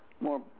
more